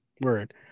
word